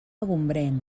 gombrèn